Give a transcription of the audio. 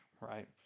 right